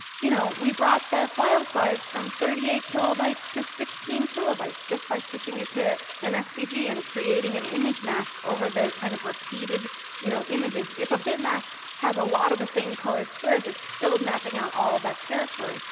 you know we brought the file size from thirty eight kilobytes to sixteen kilobytes, just by switching it to an svg and creating an image mask over the kind of repeated you know images. if a bitmask has a lot of the same colored squares, it's still mapping out all of that territory.